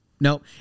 nope